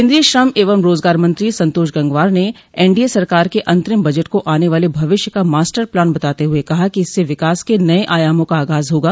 केन्द्रीय श्रम एवं रोजगार मंत्री संतोष गंगवार ने एनडीए सरकार के अंतरिम बजट को आने वाले भविष्य का मास्टर प्लान बताते हुए कहा कि इससे विकास के नये आयामों का आगाज होगा